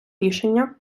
рішення